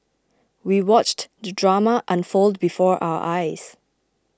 we watched the drama unfold before our eyes